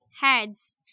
Heads